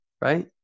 right